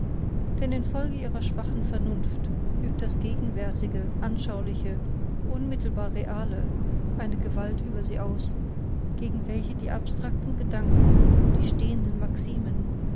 denn in folge ihrer schwachen vernunft übt das gegenwärtige anschauliche unmittelbar reale eine gewalt über sie aus gegen welche die abstrakten gedanken die stehenden maximen